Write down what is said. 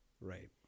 Right